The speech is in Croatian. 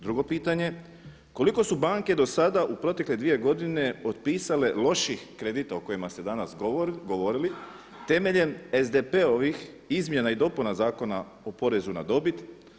Drugo pitanje, koliko su banke do sada u protekle dvije godine otpisale loših kredita o kojima ste danas govorili temeljem SDP-ovih izmjena i dopuna Zakona o porezu na dobit.